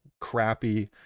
crappy